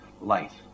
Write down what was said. life